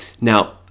Now